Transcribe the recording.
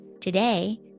Today